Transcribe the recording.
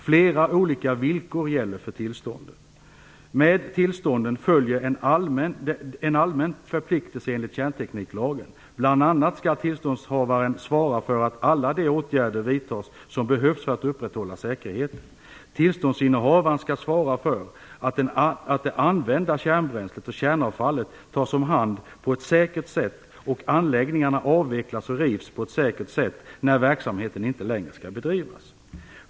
Flera olika villkor gäller för tillståndet. Med tillstånden följer en allmän förpliktelse enligt kärntekniklagen. Bl.a. skall tillståndshavaren svara för att alla de åtgärder vidtas som behövs för att upprätthålla säkerheten. Tillståndshavaren skall svara för att det använda kärnbränslet och kärnavfallet tas om hand på ett säkert sätt och att anläggningarna avvecklas och rivs på ett säkert sätt när verksamheten inte längre skall bedrivas.